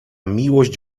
miłość